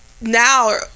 now